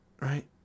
right